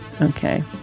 Okay